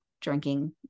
drinking